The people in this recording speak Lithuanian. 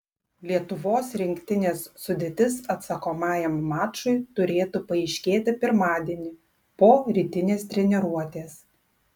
lietuvos rinktinės sudėtis atsakomajam mačui turėtų paaiškėti pirmadienį po rytinės treniruotės